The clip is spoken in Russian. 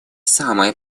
самое